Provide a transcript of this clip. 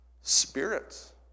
Spirits